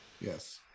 yes